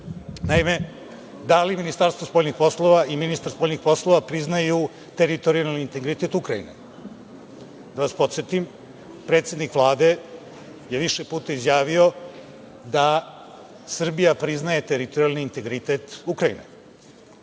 Naime, da li Ministarstvo spoljnih poslova i ministar spoljnih poslova priznaju teritorijalni integritet Ukrajine? Da vas podsetim, predsednik Vlade je više puta izjavo da Srbija priznaje teritorijalni integritet Ukrajine.